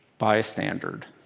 by a standard.